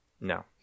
No